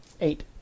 Eight